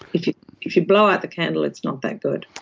if you if you blow out the candle, it's not that good.